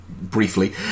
briefly